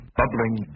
bubbling